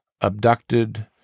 abducted